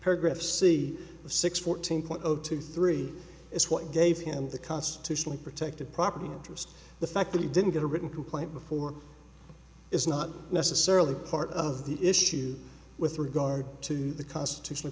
paragraph see the six fourteen point zero two three is what gave him the constitutionally protected property interest the fact that he didn't get a written complaint before is not necessarily part of the issue with regard to the constitution